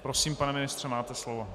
Prosím, pane ministře, máte slovo.